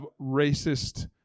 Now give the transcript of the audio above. racist